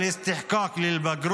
משרד החינוך להנפיק תעודות זכאות לבגרות